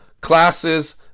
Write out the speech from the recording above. classes